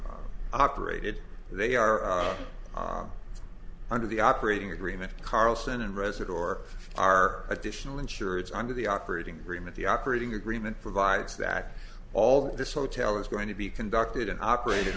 be operated they are under the operating agreement carlson and resit or are additional insurance under the operating remit the operating agreement provides that all this hotel is going to be conducted in operated